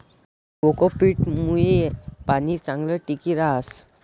cocopeat मुये पाणी चांगलं टिकी रहास